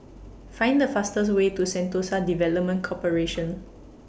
Find The fastest Way to Sentosa Development Corporation